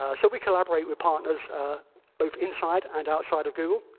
ah so we collaborate with partners both inside and outside of google.